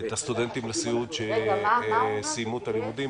את הסטודנטים לסיעוד שסיימו את לימודיהם,